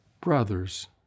brothers